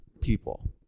people